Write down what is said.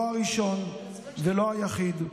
לא הראשון ולא היחיד,